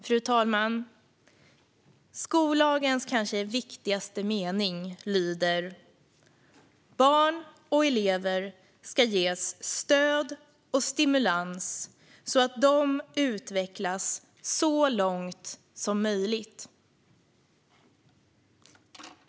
Fru talman! Skollagens kanske viktigaste mening lyder: "Barn och elever ska ges stöd och stimulans så att de utvecklas så långt som möjligt."